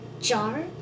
jar